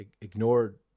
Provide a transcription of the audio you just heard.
ignored